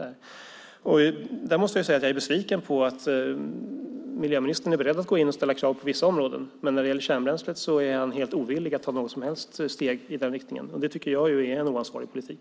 Jag måste säga att jag är besviken på att miljöministern är beredd att gå in och ställa krav på vissa områden medan han när det gäller kärnbränslet är helt ovillig att ta något som helst steg i den riktningen. Det tycker jag är en oansvarig politik.